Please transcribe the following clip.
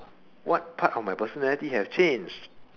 what part of my personality have changed